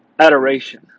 Adoration